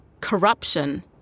corruption